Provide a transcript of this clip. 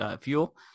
fuel